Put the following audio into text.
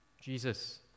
Jesus